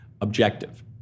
objective